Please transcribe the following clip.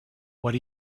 what